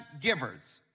givers